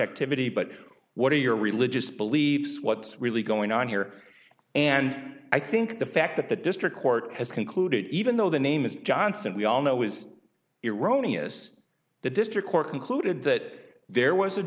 activity but what are your religious beliefs what's really going on here and i think the fact that the district court has concluded even though the name is johnson we all know is eroni is the district court concluded that there was a